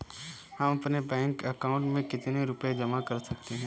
हम अपने bank account में कितने रुपये जमा कर सकते हैं?